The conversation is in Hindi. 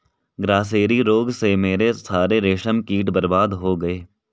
ग्रासेरी रोग से मेरे सारे रेशम कीट बर्बाद हो गए